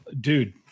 dude